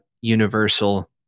Universal